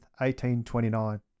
1829